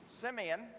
Simeon